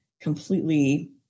completely